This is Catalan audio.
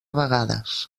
vegades